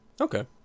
Okay